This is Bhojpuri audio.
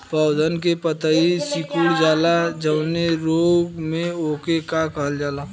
पौधन के पतयी सीकुड़ जाला जवने रोग में वोके का कहल जाला?